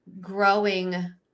growing